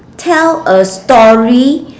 tell a story